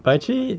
but actually